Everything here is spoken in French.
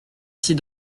six